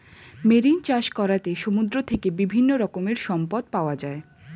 marine চাষ করাতে সমুদ্র থেকে বিভিন্ন রকমের সম্পদ পাওয়া যায়